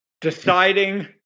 deciding